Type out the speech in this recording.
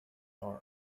arm